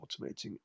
automating